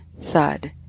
thud